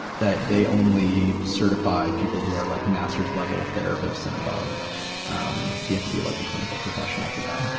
that they only certify people who are like masters-level therapists and above. so you have to be like the clinical professional for that. okay.